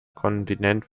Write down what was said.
kontinent